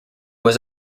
was